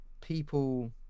people